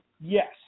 Yes